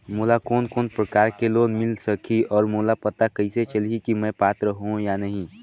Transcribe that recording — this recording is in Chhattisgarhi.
मोला कोन कोन प्रकार के लोन मिल सकही और मोला पता कइसे चलही की मैं पात्र हों या नहीं?